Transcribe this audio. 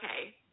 Okay